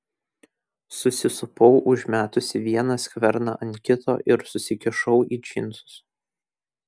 susisupau užmetusi vieną skverną ant kito ir susikišau į džinsus